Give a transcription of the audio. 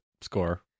score